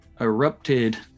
erupted